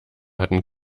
hatten